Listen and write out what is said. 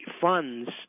funds